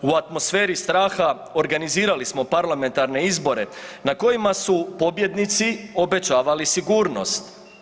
U atmosferi straha organizirali smo parlamentarne izbore na kojima su pobjednici obećavali sigurnost.